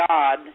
God